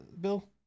Bill